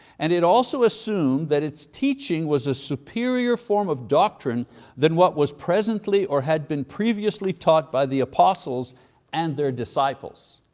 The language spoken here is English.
and it also assumed that it's teaching was a superior form of doctrine than what was presently or had been previously taught by the apostles and their disciples.